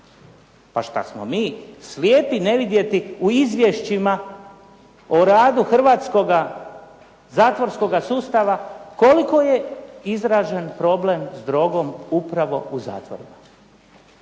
Pa šta smo mi slijepi ne vidjeti u izvješćima o radu hrvatskoga zatvorskoga sustava koliko je izražen problem s drogom upravo u zatvorima?